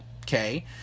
okay